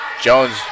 Jones